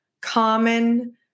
common